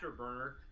afterburner